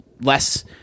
less